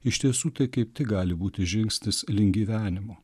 iš tiesų tai kaip tik gali būti žingsnis link gyvenimo